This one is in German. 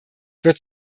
wird